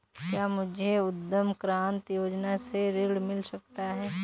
क्या मुझे उद्यम क्रांति योजना से ऋण मिल सकता है?